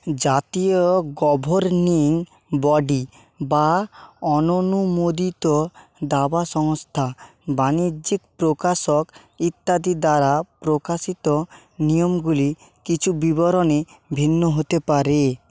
জাতীয় governing body বা অননুমোদিত দাবা সংস্থা বাণিজ্যিক প্রকাশক ইত্যাদি দ্বারা প্রকাশিত নিয়মগুলি কিছু বিবরণে ভিন্ন হতে পারে